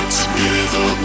together